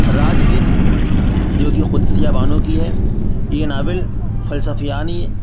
راج گدھ جو کہ قدسیہ بانو کی ہے یہ ناول فلسفیانی